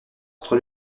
entre